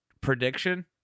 prediction